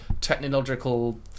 technological